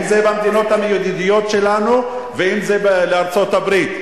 אם זה במדינות הידידותיות שלנו ואם זה ארצות-הברית.